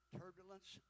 turbulence